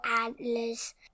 antlers